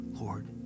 Lord